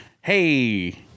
hey